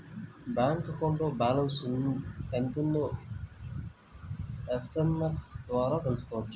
bank అకౌంట్లో balance ఎంత ఉందో ఎస్ఎంఎస్ ద్వారా తెలుసుకోవచ్చు